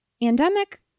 endemic